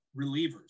Relievers